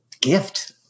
gift